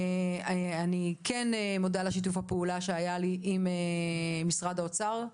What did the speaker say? אני כן מודה על שיתוף הפעולה שהיה לי עם משרד האוצר,